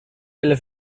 della